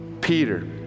Peter